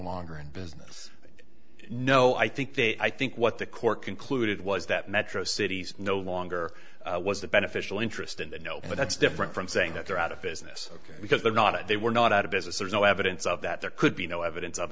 longer in business no i think they i think what the court concluded was that metro city's no longer was the beneficial interest in the no but that's different from saying that they're out of business because they're not if they were not out of business there's no evidence of that there could be no evidence of